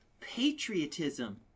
patriotism